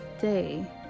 day